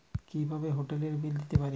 কিভাবে হোটেলের বিল দিতে পারি?